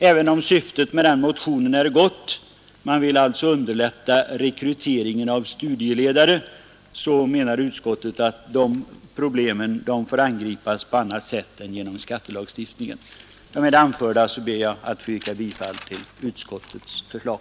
Även om syftet med motionen är gott — man vill underlätta rekryteringen av studieledare — menar utskottet att dessa problem får angripas på annat sätt än genom skattelagstiftningen. Med det anförda ber jag alltså att få yrka bifall till utskottets förslag.